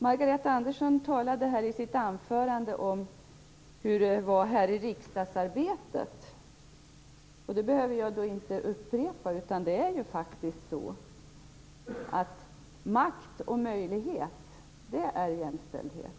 Margareta Andersson talade här i sitt anförande om hur det är här i riksdagsarbetet, vilket jag inte behöver upprepa. Det är ju faktiskt så att makt och möjlighet är jämställdhet.